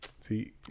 see